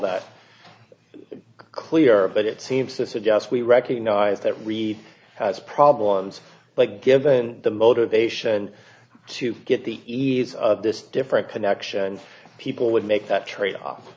that clear but it seems to suggest we recognise that really has problems but given the motivation to get the ease of this different connection people would make that trade off